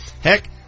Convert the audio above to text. heck